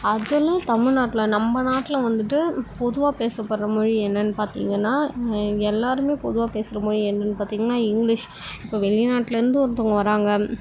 அதெல்லாம் தமிழ்நாட்ல நம்ப நாட்டில் வந்துவிட்டு பொதுவாக பேசப்படுற மொழி என்னன்னு பார்த்தீங்கன்னா எல்லாருமே பொதுவாக பேசுகிற மொழி என்னன்னு பார்த்தீங்கன்னா இங்கிலிஷ் இப்போ வெளிநாட்டில் இருந்து ஒருத்தவங்க வராங்க